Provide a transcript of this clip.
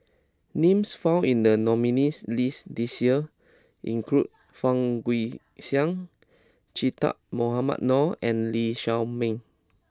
names found in the nominees' list this year include Fang Guixiang Che Dah Mohamed Noor and Lee Shao Meng